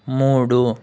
మూడు